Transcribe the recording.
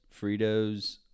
Fritos